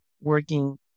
working